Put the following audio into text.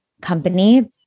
company